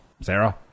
Sarah